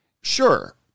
sure